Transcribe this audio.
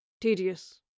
Tedious